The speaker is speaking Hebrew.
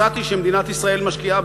מצאתי שמדינת ישראל משקיעה